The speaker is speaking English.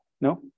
no